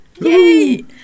Yay